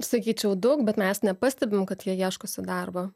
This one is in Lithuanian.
sakyčiau daug bet mes nepastebim kad jie ieškosi darbo